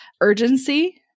urgency